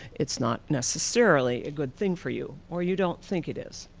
it's not necessarily a good thing for you or you don't think it is.